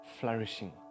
flourishing